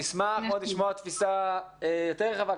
נשמח מאוד לשמוע תפיסה רחבה יותר,